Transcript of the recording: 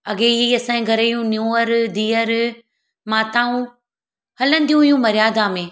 अॻे ई असांजे घर जूं नुंहरूं धीअरूं माताऊं हलंदियूं हुयूं मर्यादा में